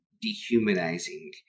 dehumanizing